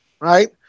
right